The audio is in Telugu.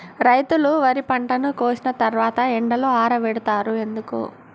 రైతులు వరి పంటను కోసిన తర్వాత ఎండలో ఆరబెడుతరు ఎందుకు?